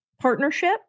partnership